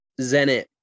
Zenit